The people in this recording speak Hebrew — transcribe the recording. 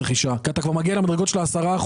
כי אתה כבר מגיע אפילו למדרגות של ה-10%,